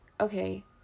okay